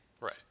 Right